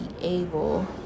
able